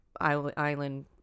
island